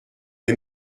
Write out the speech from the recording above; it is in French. les